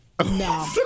No